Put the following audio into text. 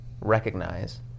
recognize